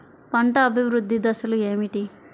పంట అభివృద్ధి దశలు ఏమిటి?